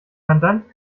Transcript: mandant